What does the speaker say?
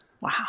Wow